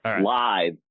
Live